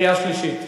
קריאה שלישית.